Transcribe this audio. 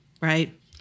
Right